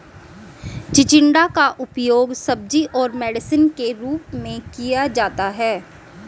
चिचिण्डा का उपयोग सब्जी और मेडिसिन के रूप में किया जाता है